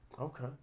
Okay